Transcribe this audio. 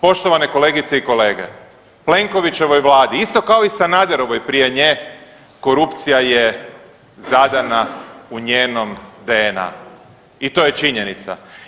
Poštovane kolegice i kolege Plenkovićevoj vladi, isto kao i Sanaderovoj prije nje korupcija je zadana u njenom DNA i to činjenica.